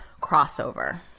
crossover